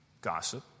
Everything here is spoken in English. gossip